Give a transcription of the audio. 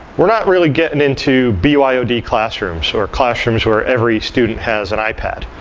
we're not really getting into b y o d classrooms or classrooms where every student has an ipad.